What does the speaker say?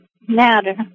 matter